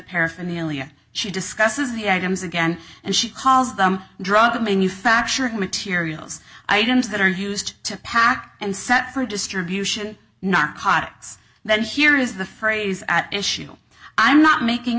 paraphernalia she discusses the items again and she calls them drug manufacturing materials items that are used to pack and set for distribution not hotter than here is the phrase at issue i'm not making